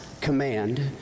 command